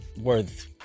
Worth